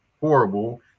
horrible